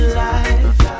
life